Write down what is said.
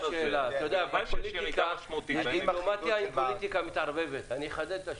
השאלה --- הפוליטיקה מתערבבת ואני אחדד את השאלה: